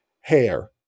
hair